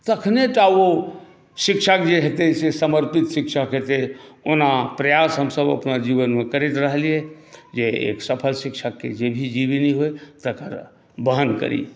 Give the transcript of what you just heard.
तखने टा ओ शिक्षक जे हेतै से समर्पित शिक्षक हेतै ओना प्रयास हमसभ अपना जीवनमे करैत रहलियै जे एक सफल शिक्षकके जे भी जीवनी होइ तकर वहन करी